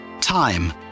Time